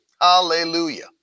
hallelujah